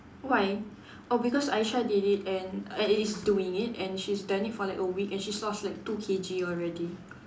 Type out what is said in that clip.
why oh because Aishah did it and i~ is doing it and she's done it for like a week and she's lost like two K_G already